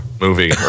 movie